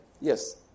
Yes